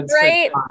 right